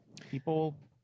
people